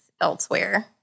elsewhere